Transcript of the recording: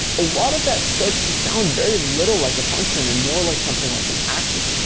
a lot of that starts to sound very little like a function and more like something like an actor.